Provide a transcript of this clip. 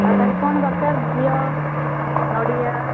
ଆଉ ତା'ହେଲେ କ'ଣ ଦରକାର ଘିଅ ନଡ଼ିଆ